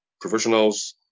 Professionals